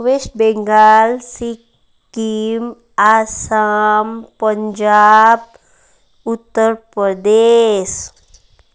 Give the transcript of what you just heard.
West Bengal Sikkim Assam Punjab Uttar Pradesh